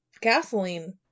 gasoline